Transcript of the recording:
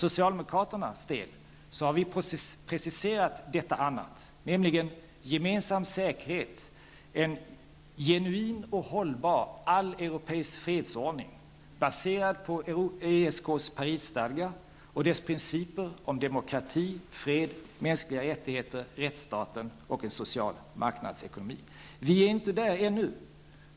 Socialdemokraterna har preciserat detta annat som gemensam säkerhet, en genuin och hållbar alleuropeisk fredsordning baserad på ESK:s Parisstadgar och dess principer om demokrati, fred, mänskliga rättigheter, rättsstaten och social marknadsekonomi. Vi är inte där ännu.